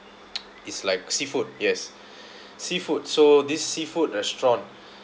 it's like seafood yes seafood so this seafood restaurant